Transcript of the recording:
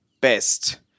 best